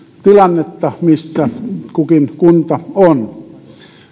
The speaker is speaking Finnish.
tilannetta missä kukin kunta on